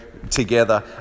Together